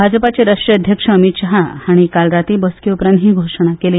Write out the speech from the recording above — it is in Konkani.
भाजपाचे राष्ट्रीय अध्यक्ष अमीत शाह हांणी काल रातीं बसके उपरांत ही घोशणा केली